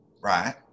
right